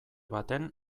baten